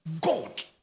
God